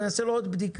אני אעשה לו עוד בדיקה.